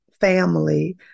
family